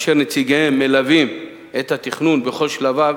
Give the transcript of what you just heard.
אשר נציגיהן מלווים את התכנון בכל שלביו,